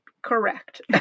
Correct